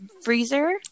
freezer